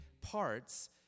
Parts